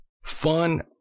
Fun